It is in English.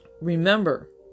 Remember